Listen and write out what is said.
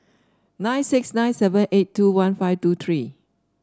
nine six nine seven eight two one five two three